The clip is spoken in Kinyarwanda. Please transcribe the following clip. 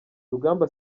rugamba